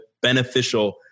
beneficial